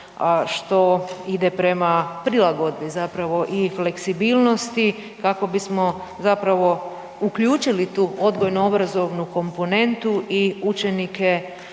što ide prema prilagodbi zapravo i fleksibilnosti kako bismo zapravo uključili tu odgojno-obrazovnu komponentu i učenike